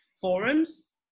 forums